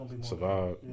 Survive